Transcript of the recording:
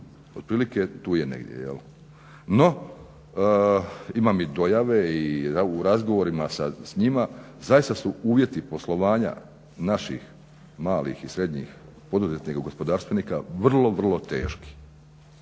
Otprilike tu je negdje. No imam i dojave i u razgovorima s njima zaista su uvjeti poslovanja naših malih i srednjih poduzetnika, gospodarstvenika vrlo, vrlo teški.